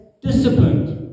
disciplined